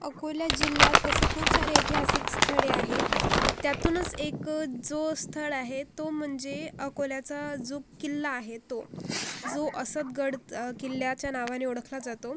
अकोला जिल्हयात तसं खूप सारे ऐतिहासिक स्थळे आहे त्यातूनच एक जो स्थळ आहे तो म्हणजे अकोल्याचा जो किल्ला आहे तो जो असतगड किल्ल्याच्या नावाने ओळखला जातो